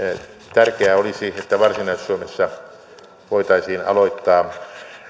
tärkeää olisi että varsinais suomessa voitaisiin aloittaa